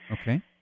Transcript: Okay